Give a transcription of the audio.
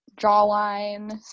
jawline